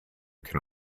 can